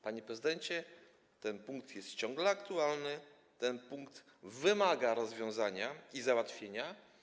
Panie prezydencie, ten punkt jest ciągle aktualny, ten punkt wymaga rozwiązania i załatwienia.